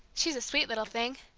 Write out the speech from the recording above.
she's a sweet little thing.